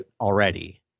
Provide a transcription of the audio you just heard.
already